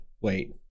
Wait